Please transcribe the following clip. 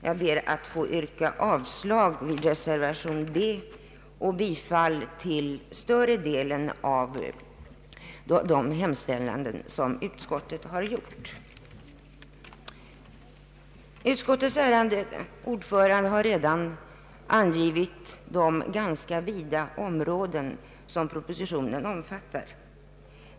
Jag ber att få yrka avslag på reservation 2 vid punkten B och bifall till större delen av de yrkanden som utskottet har gjort. Utskottets ärade ordförande har redan angivit de ganska vida områden som propositionen omfattar.